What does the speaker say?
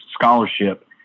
scholarship